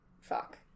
fuck